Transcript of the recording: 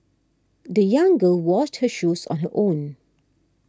the young girl washed her shoes on her own